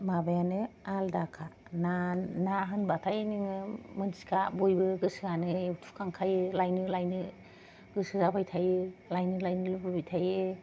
माबायानो आलादाखा ना ना होनबाथाय नोङो मिथिखा बयबो गोसोआनो एवथुखांखायो लायनो लायनो गोसो जाबाय थायो लायनो लायनो लुगैबाय थायो